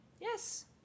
Yes